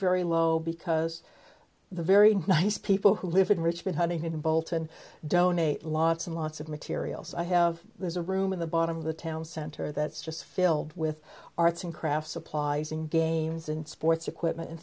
very low because the very nice people who live in richmond huntington bolton donate lots and lots of materials i have there's a room in the bottom of the town center that's just filled with arts and crafts supplies and games and sports equipment and